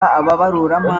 ababaruramari